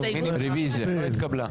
לא התקבלה.